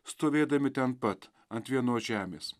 stovėdami ten pat ant vienos žemės